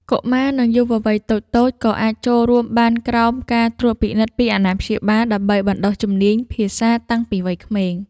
កុមារ និងយុវវ័យតូចៗ ក៏អាចចូលរួមបានក្រោមការត្រួតពិនិត្យពីអាណាព្យាបាល ដើម្បីបណ្ដុះជំនាញភាសាតាំងពីវ័យក្មេង។